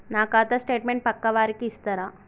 నా ఖాతా స్టేట్మెంట్ పక్కా వారికి ఇస్తరా?